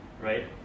right